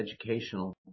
educational